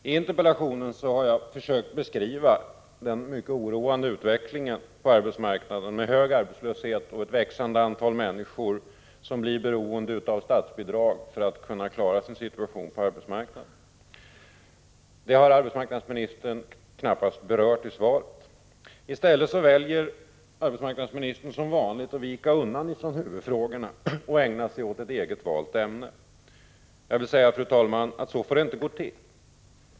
I interpellationen har jag försökt beskriva den mycket oroande utvecklingen på arbetsmarknaden, med hög arbetslöshet och ett växande antal människor som blir beroende av socialbidrag för att klara sin situation. Det har arbetsmarknadsministern knappast alls berört i svaret. I stället väljer hon som vanligt att vika undan från huvudfrågorna och ägna sig åt ett eget valt ämne. Fru talman! Jag vill säga att så får det inte gå till.